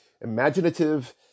imaginative